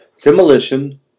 demolition